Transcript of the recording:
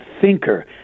thinker